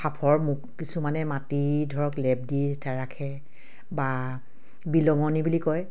সাঁফৰ মুখ কিছুমানে মাটি ধৰক লেপ দি ৰাখে বা বিহলঙনি বুলি কয়